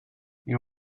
you